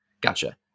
Gotcha